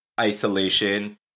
isolation